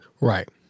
Right